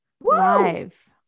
live